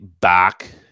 back